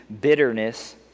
bitterness